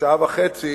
כשעה וחצי